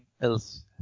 else